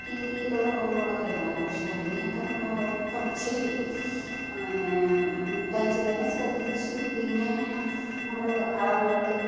രീതിയിലുള്ള കുറവുകളൊക്കെ ഉണ്ടാകും പക്ഷെ അതിനെയൊക്കെ നമ്മൾ ഓവര് കം ചെയ്യും പിന്നേ തയ്ച്ചു തന്നെ ശ്രദ്ധിച്ചും പിന്നേ നമ്മൾ അളവുകൾ